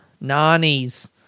nannies